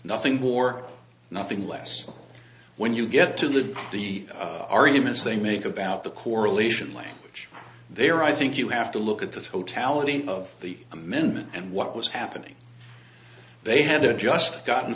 nothing more nothing less when you get to the the arguments they make about the correlation language there i think you have to look at the totality of the amendment and what was happening they had of just gotten